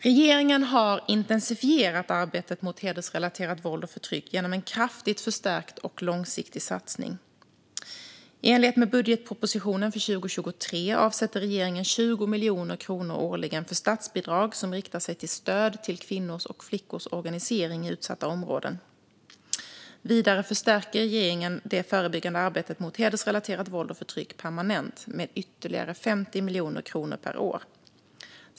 Regeringen har intensifierat arbetet mot hedersrelaterat våld och förtryck genom en kraftigt förstärkt och långsiktig satsning. I enlighet med budgetpropositionen för 2023 avsätter regeringen 20 miljoner kronor årligen för statsbidrag som riktar sig till stöd till kvinnors och flickors organisering i utsatta områden. Vidare förstärker regeringen det förebyggande arbetet mot hedersrelaterat våld och förtryck permanent med ytterligare 50 miljoner kronor per år.